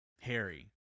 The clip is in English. harry